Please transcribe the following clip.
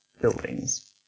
buildings